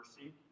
mercy